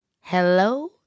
Hello